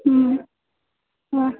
हूँ हँ